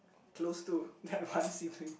close to that one sibling